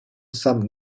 some